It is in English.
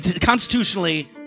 Constitutionally